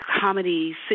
comedy